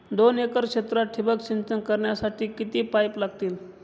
दोन एकर क्षेत्रात ठिबक सिंचन करण्यासाठी किती पाईप लागतील?